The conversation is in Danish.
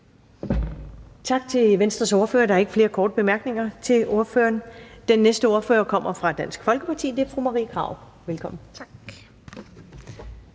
Tak til Venstres ordfører. Der er ikke flere korte bemærkninger til ordføreren. Den næste ordfører kommer fra Dansk Folkeparti, og det er fru Marie Krarup. Velkommen. Kl.